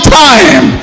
time